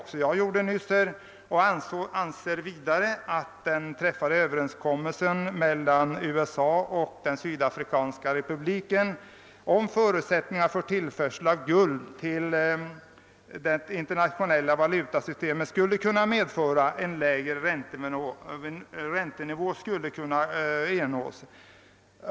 Man anser att den träffade överenskommelsen mellan USA och Sydafrikanska republiken om förutsättningarna för tillförsel av guld till det internationella valutasystemet skulle kunna medföra en lägre räntenivå.